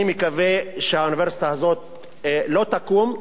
אני מקווה שהאוניברסיטה הזאת לא תקום.